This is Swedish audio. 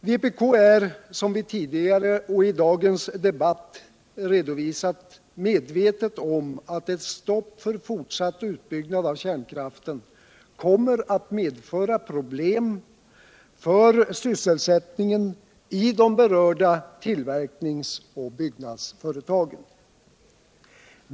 Vpk är, som vi tidigare och i dagens debatt redovisat, medvetet om att ett stopp för fortsatt utbyggnad av kärnkraften kommer att medföra problem för sysselsättningen i de berörda tillverknings och byggnadsföretagen.